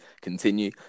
continue